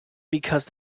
because